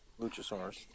Luchasaurus